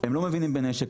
הם לא מבינים בנשק,